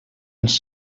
els